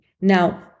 Now